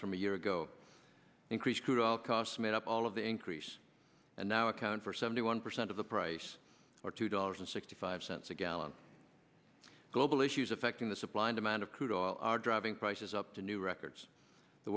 from a year ago increased fuel costs made up all of the increase and now account for seventy one percent of the price or two dollars and sixty five cents a gallon global issues affecting the supply and demand of crude all are driving prices up to new records the